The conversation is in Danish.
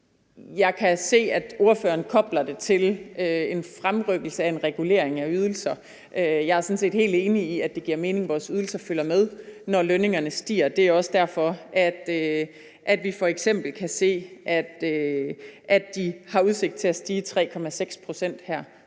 Jeg kan se, at ordføreren kobler det til en fremrykning af en regulering af ydelser. Jeg er sådan set helt enig i, at det giver mening, at vores ydelser følger med, når lønningerne stiger. Det er også derfor, vi f.eks. kan se, at de har udsigt til at stige 3,6 pct. her den